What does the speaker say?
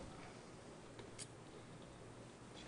הצבעה בעד, פה אחד הבקשה אושרה.